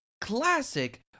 classic